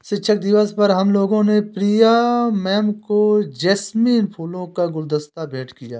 शिक्षक दिवस पर हम लोगों ने प्रिया मैम को जैस्मिन फूलों का गुलदस्ता भेंट किया